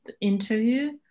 interview